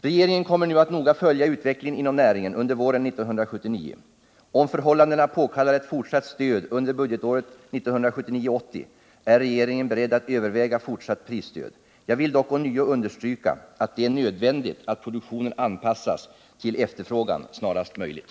Regeringen kommer nu att noga följa utvecklingen inom näringen under våren 1979. Om förhållandena påkallar ett fortsatt stöd under budgetåret 1979/80 är regeringen beredd att överväga fortsatt prisstöd. Jag vill dock ånyo understryka att det är nödvändigt att produktionen anpassas till efterfrågan snarast möjligt.